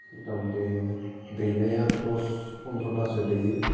मतामति दैनाया दस पन्द्र'तासो दै